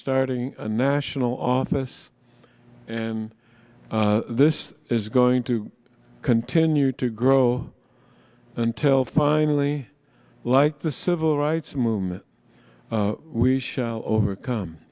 starting a national office and this is going to continue to grow until finally like the civil rights movement we shall overcome